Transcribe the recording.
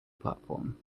platform